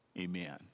Amen